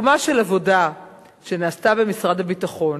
בסיכומה של עבודה שנעשתה במשרד הביטחון,